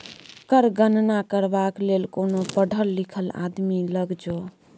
कर गणना करबाक लेल कोनो पढ़ल लिखल आदमी लग जो